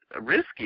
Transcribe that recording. risky